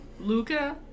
Luca